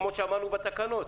כמו שאמרנו בצו.